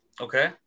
Okay